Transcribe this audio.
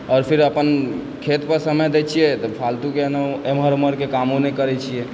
आओर फिर अपन खेतपर समय दै छियै तऽ फालतूके एम्हर ओम्हरके कामो नहि करै छियै